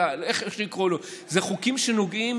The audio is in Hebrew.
איך שנקרא לו, אלה חוקים שנוגעים